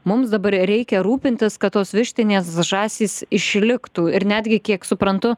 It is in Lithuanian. mums dabar reikia rūpintis kad tos vištinės žąsys išliktų ir netgi kiek suprantu